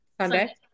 Sunday